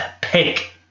pick